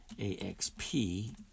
AXP